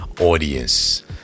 audience